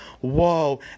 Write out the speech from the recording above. Whoa